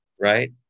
Right